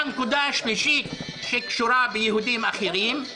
והנקודה השלישית שקשורה ביהודים אחרים היא